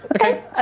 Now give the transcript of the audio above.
Okay